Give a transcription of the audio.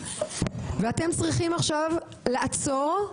ואתם צריכים עכשיו לעצור.